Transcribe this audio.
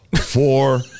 four